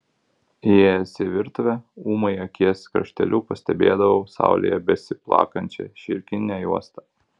įėjęs į virtuvę ūmai akies krašteliu pastebėdavau saulėje besiplakančią šilkinę juostą